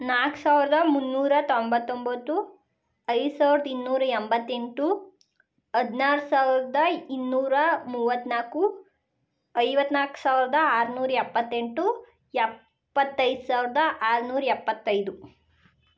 ನಾಲ್ಕು ಸಾವಿರದ ಮುನ್ನೂರ ತೊಂಬತ್ತೊಂಬತ್ತು ಐದು ಸಾವಿರದ ಇನ್ನೂರ ಎಂಬತ್ತೆಂಟು ಹದಿನಾರು ಸಾವಿರದ ಇನ್ನೂರ ಮೂವತ್ನಾಲ್ಕು ಐವತ್ನಾಲ್ಕು ಸಾವಿರದ ಆರ್ನೂರ ಎಪ್ಪತ್ತೆಂಟು ಎಪ್ಪತ್ತೈದು ಸಾವಿರದ ಆರ್ನೂರ ಎಪ್ಪತ್ತೈದು